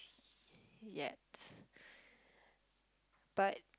yet but